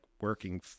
working